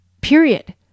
period